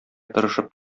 тырышып